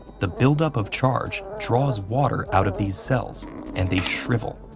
the buildup of charge draws water out of these cells and they shrivel,